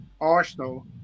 Arsenal